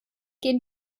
gehen